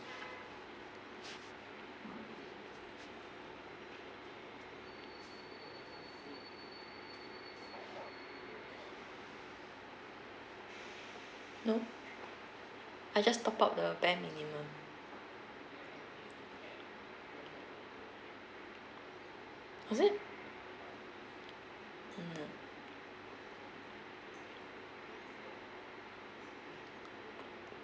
no I just top up the bare minimum is it don't know